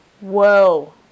Whoa